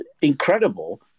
incredible